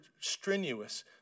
strenuous